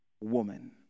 woman